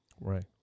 Right